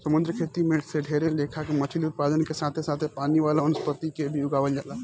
समुंद्री खेती से ढेरे लेखा के मछली उत्पादन के साथे साथे पानी वाला वनस्पति के भी उगावल जाला